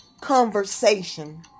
conversation